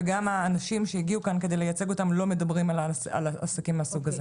וגם האנשים שהגיעו כאן כדי לייצג אותם לא מדברים על עסקים מהסוג הזה.